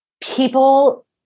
people